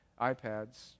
iPads